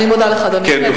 אני מודה לך, אדוני.